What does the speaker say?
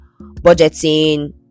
budgeting